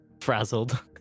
frazzled